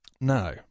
No